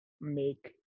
make